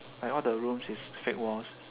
like all the rooms is fake walls